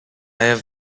have